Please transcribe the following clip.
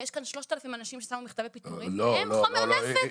כי יש כאן 3,000 אנשים ששמו מכתבי פיטורים והם חומר נפץ.